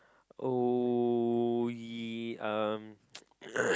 oh yeah um